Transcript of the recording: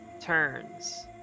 turns